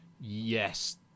yes